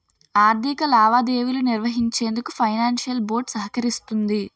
ఆర్థిక లావాదేవీలు నిర్వహించేందుకు ఫైనాన్షియల్ బోర్డ్ సహకరిస్తుంది